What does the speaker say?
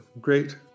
great